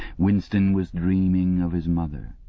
winston was dreaming of his mother.